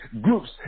groups